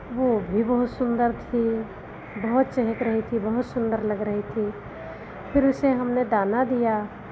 वह भी बहुत सुन्दर थी बहुत चहक रही थी बहुत सुन्दर लग रही थी फिर उसे हमने दाना दिया